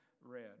read